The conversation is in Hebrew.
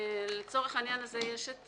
לצורך העניין הזה יש את